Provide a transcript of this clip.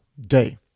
day